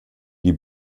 die